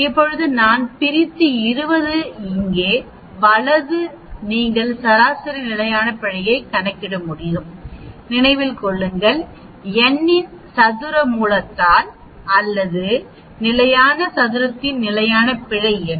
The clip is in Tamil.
இப்போது நான் பிரித்து 20 இங்கே வலது நீங்கள் சராசரி நிலையான பிழையைக் கணக்கிட முடியும் நினைவில் கொள்ளுங்கள் n இன் சதுர மூலத்தால் அல்லது நிலையான சதுரத்தின் நிலையான பிழை என்ன